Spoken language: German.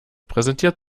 präsentiert